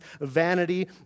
Vanity